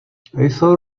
jsou